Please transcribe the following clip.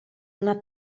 una